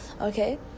okay